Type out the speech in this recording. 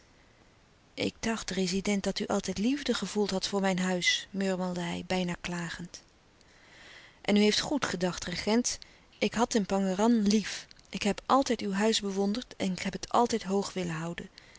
ik dacht rezident dat u altijd liefde gevoeld had voor mijn huis murmelde hij bijna klagend en u heeft goed gedacht regent ik had den pangéran lief ik heb altijd uw huis bewonderd en ik heb het altijd hoog willen houden